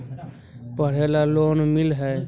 पढ़े ला लोन मिल है?